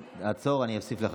תעצור, אני אוסיף לך.